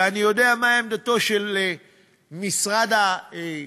ואני יודע מה עמדתו של משרד התיירות,